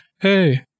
hey